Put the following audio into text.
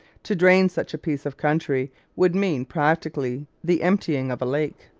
to drain such a piece of country would mean practically the emptying of a lake.